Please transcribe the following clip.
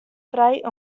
frij